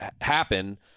happen